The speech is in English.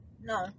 no